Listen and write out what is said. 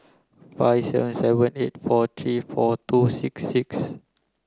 five seven seven eight four three four two six six